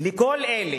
לכל אלה,